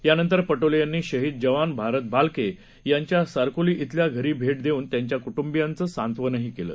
यानंतर पटोले यांनी शहीद जवान भारत भालके यांच्या सरकोली शिल्या घरी भेट देवून त्यांच्या कुट्रंबियांच सांत्वनही केलं